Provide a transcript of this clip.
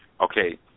Okay